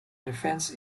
defense